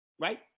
right